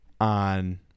on